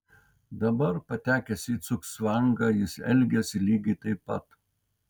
dabar patekęs į cugcvangą jis elgiasi lygiai taip pat